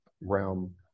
realm